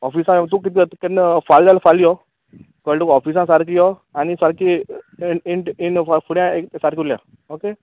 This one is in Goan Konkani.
ऑफिसा यो तूं किदें जाता केन्ना फाल्या जाल्यार फाल्या यो कळ्ळें तुका ऑफिसा सारकें यो आनी सारकें एन इट ईन फा फुडें सारकें उलोवया ओके